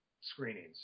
screenings